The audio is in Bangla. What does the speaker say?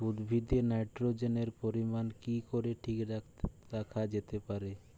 উদ্ভিদে নাইট্রোজেনের পরিমাণ কি করে ঠিক রাখা যেতে পারে?